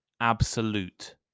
Absolute